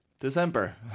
December